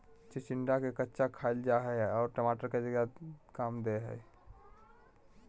चिचिंडा के कच्चा खाईल जा हई आर टमाटर के जगह काम दे हइ